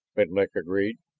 menlik agreed.